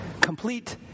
complete